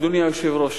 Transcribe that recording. אדוני היושב-ראש,